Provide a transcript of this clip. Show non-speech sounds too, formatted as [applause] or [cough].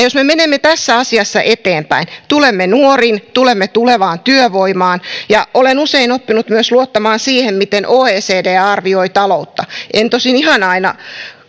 [unintelligible] jos me menemme tässä asiassa eteenpäin tulemme nuoriin tulemme tulevaan työvoimaan olen usein oppinut myös luottamaan siihen miten oecd arvioi taloutta en tosin ihan aina